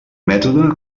mètode